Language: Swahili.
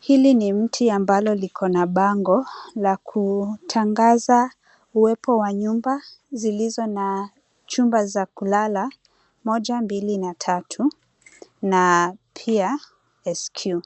Hili ni mti ambalo liko na bango la kutangaza uwepo wa nyumba zilizo na chumba za kulala; moja, mbili, na tatu, na pia esque .